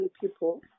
people